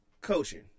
coaching